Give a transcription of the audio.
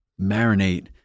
marinate